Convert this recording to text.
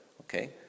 okay